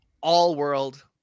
all-world